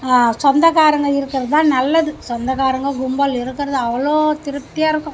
சொந்தக்காரங்கள் இருக்கிறதுதான் நல்லது சொந்தக்காரங்கள் கும்பல் இருக்கிறது அவ்வளோ திருப்தியாக இருக்கும்